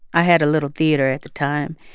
i had a little theater at the time,